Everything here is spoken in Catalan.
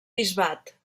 bisbat